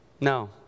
No